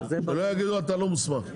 שלא יגידו אתה לא מוסמך.